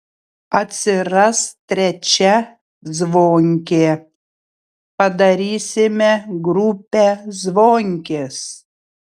atsiras trečia zvonkė padarysime grupę zvonkės